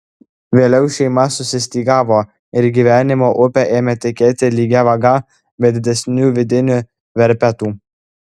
vėliau šeima susistygavo ir gyvenimo upė ėmė tekėti lygia vaga be didesnių vidinių verpetų